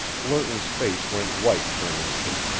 lerton's face went white for an instant.